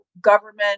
government